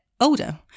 older